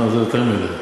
זה יותר מדי.